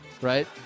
Right